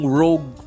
rogue